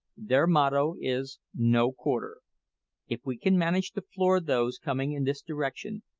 their motto is no quarter if we can manage to floor those coming in this direction,